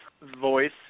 voice